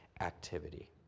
activity